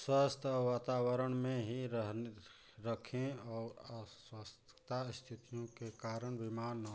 स्वस्थ वातावरण में ही रहने रक्खें और अस्वस्थता स्थितियों के कारण बीमार न हों